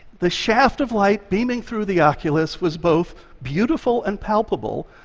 the shaft of light beaming through the oculus was both beautiful and palpable,